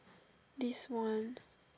this one